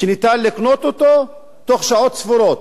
שניתן לקנות אותו בתוך שעות ספורות,